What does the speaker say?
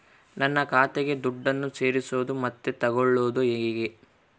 ನನ್ನ ಖಾತೆಗೆ ದುಡ್ಡನ್ನು ಸೇರಿಸೋದು ಮತ್ತೆ ತಗೊಳ್ಳೋದು ಹೇಗೆ?